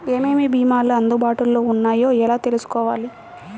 ఏమేమి భీమాలు అందుబాటులో వున్నాయో ఎలా తెలుసుకోవాలి?